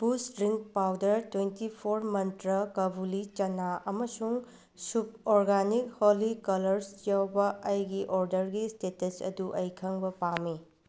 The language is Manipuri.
ꯕꯨꯁ ꯗ꯭ꯔꯤꯡ ꯄꯥꯎꯗꯔ ꯇ꯭ꯋꯦꯟꯇꯤ ꯐꯣꯔ ꯃꯟꯇ꯭ꯔ ꯀꯕꯨꯂꯤ ꯆꯅꯥ ꯑꯃꯁꯨꯡ ꯁꯨꯞ ꯑꯣꯔꯒꯥꯅꯤꯛ ꯍꯣꯂꯤ ꯀꯂꯔꯁ ꯌꯥꯎꯕ ꯑꯩꯒꯤ ꯑꯣꯗꯔꯒꯤ ꯏꯁꯇꯦꯇꯁ ꯑꯗꯨ ꯑꯩ ꯈꯪꯕ ꯄꯥꯝꯃꯤ